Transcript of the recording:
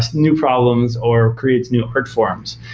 new problems or creates new art forms?